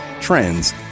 trends